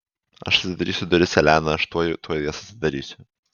aš atidarysiu duris elena aš tuoj tuoj jas atidarysiu